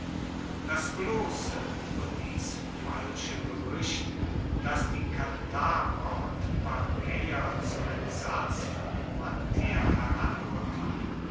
das bloße überdies falsche gerücht daß die kantabrer und vaccäer zum entsatz von numantia